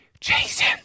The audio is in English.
Jason